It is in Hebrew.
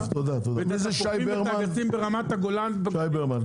ואת התפוחים והאגסים ברמת הגולן ובגליל.